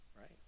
right